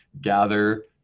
gather